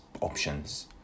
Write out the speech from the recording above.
options